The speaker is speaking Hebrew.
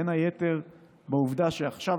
בין היתר בעובדה שעכשיו,